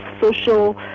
social